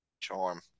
charm